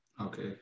Okay